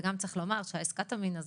וגם צריך לומר שגם הקטמין הוא